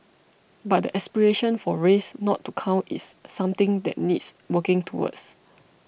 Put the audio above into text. but the aspiration for race not to count is something that needs working towards